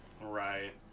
Right